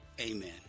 amen